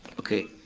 okay.